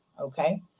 Okay